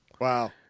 Wow